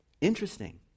Interesting